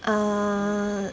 err